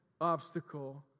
obstacle